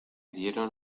dieron